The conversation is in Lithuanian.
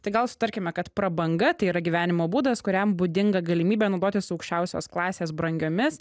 tai gal sutarkime kad prabanga tai yra gyvenimo būdas kuriam būdinga galimybė naudotis aukščiausios klasės brangiomis